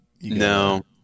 No